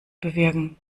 bewirken